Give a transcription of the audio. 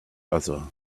other